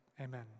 Amen